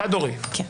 חד-הורי, כן.